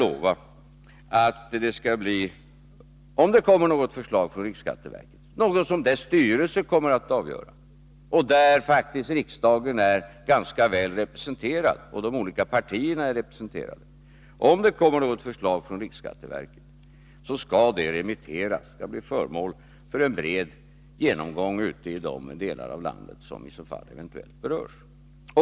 Om det kommer något förslag från riksskatteverket — och i riksskatteverkets styrelse är faktiskt riksdagen och de olika partierna väl representerade — kan jag lova att förslaget skall remitteras och bli föremål för en bred genomgång ute i de delar av landet som i så fall eventuellt berörs.